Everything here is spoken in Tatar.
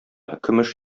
көмеш